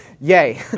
Yay